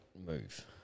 move